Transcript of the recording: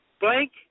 Blank